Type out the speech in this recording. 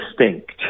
instinct